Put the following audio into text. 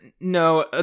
No